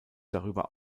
darüber